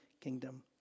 kingdom